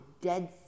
Dead